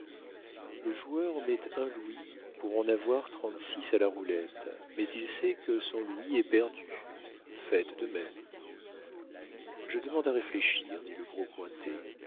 le joueur met un louis pour en avoir trente-six à la roulette mais il sait que son louis est perdu faites de même je demande à réfléchir dit le gros cointet